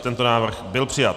Tento návrh byl přijat.